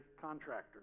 contractor